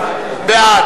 בעד.